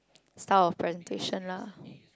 style of presentation lah